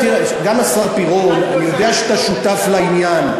גם השר פירון, אני יודע שאתה שותף לעניין.